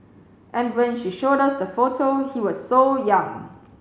and when she showed us the photo he was so young